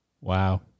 Wow